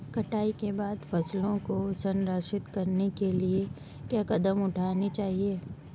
कटाई के बाद फसलों को संरक्षित करने के लिए क्या कदम उठाने चाहिए?